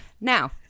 Now